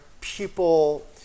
people